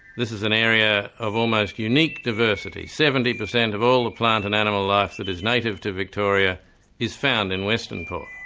this is an area of almost unique diversity seventy percent of all the ah plant and animal life that is native to victoria is found in western port.